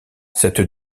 cette